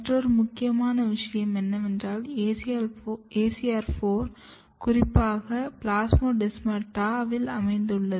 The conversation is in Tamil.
மற்றொரு முக்கியமான விஷயம் என்னவென்றால் ACR 4 குறிப்பாக பிளாஸ்மொடெஸ்மாட்டாவில் அமைந்துள்ளது